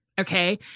okay